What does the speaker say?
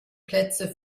plätze